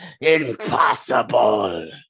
Impossible